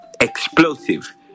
explosive